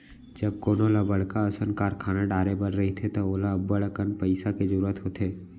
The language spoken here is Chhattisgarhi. जब कोनो ल बड़का असन कारखाना डारे बर रहिथे त ओला अब्बड़कन पइसा के जरूरत होथे